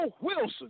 Wilson